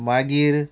मागीर